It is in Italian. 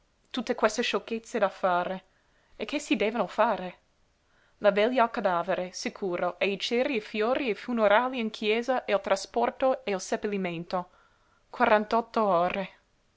tutte queste sciocchezze da fare e che si devono fare la veglia al cadavere sicuro e i ceri e i fiori e i funerali in chiesa e il trasporto e il seppellimento quarantotto ore